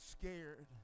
scared